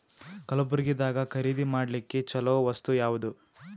ಕಲಬುರ್ಗಿದಾಗ ಖರೀದಿ ಮಾಡ್ಲಿಕ್ಕಿ ಚಲೋ ವಸ್ತು ಯಾವಾದು?